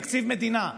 תקציב מדינה?